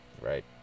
right